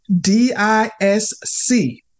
D-I-S-C